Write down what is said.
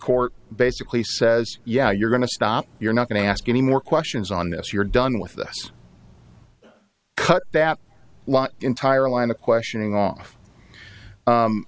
court basically says yeah you're going to stop you're not going to ask any more questions on this you're done with us cut that lot entire line of questioning off